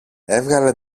έβγαλε